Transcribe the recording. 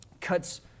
cuts